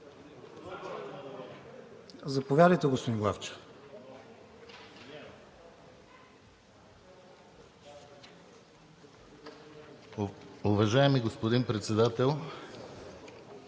Заповядайте, господин Главчев.